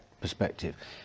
perspective